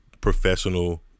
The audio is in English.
professional